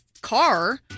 car